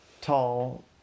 tall